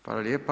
Hvala lijepa.